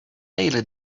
lady